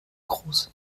groß